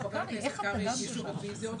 ועד הרגע הזה לא קיבלנו תשובה.